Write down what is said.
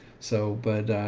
so, but,